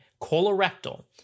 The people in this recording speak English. colorectal